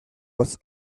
was